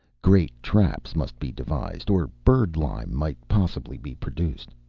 great traps must be devised, or bird-lime might possibly be produced.